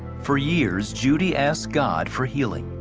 for years judy asked god for healing.